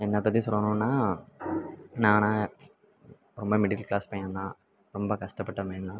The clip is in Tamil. என்னை பற்றி சொல்லணுன்னால் நான் ரொம்ப மிடில் க்ளாஸ் பையன்தான் ரொம்ப கஷ்டப்பட்ட பையன்தான்